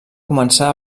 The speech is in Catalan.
començar